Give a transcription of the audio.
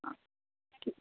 हां ठीक